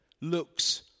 looks